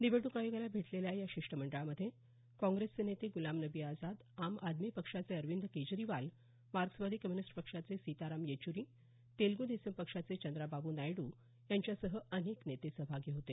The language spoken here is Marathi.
निवडणूक आयोगाला भेटलेल्या शिष्टमंडळामध्ये काँग्रेसचे नेते गुलाम नबी आझाद आम आदमी पक्षाचे अरविंद केजरीवाल मार्क्सवादी कम्युनिस्ट पक्षाचे सीताराम येचुरी तेलगु देसम पक्षाचे चंद्राबाबू नायडू यांच्यासह अनेक नेते उपस्थित होते